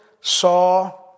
saw